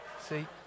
See